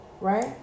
right